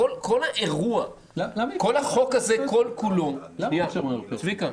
וכל החוק הזה כל כולו --- למה אי אפשר --- צביקה,